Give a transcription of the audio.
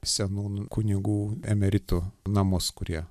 senų kunigų emeritų namus kurie